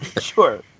Sure